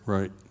Right